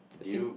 I think